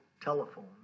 telephone